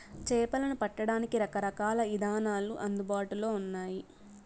చేపలను పట్టడానికి రకరకాల ఇదానాలు అందుబాటులో ఉన్నయి